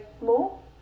more